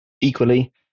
equally